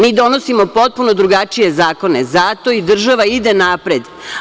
Mi donosimo potpuno drugačije zakone, zato i država ide napred.